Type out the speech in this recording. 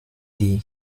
die